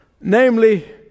Namely